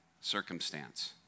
circumstance